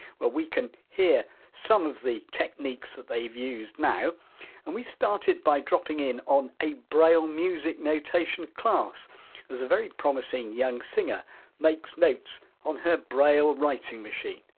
but we can hear some of the techniques that they have used now and we started by dropping in on a braille music notation class. and there's a very promising young singer makes notes on her braille writing machine